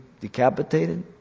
decapitated